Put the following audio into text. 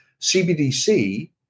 CBDC